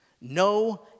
No